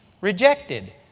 rejected